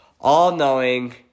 all-knowing